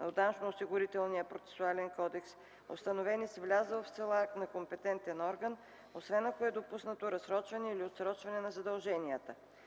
от Данъчно-осигурителния процесуален кодекс, установени с влязъл в сила акт на компетентен орган, освен ако е допуснато разсрочване или отсрочване на задълженията;